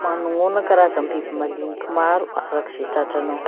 Manognona karazam-biby maliniky maro araky ze tratranao.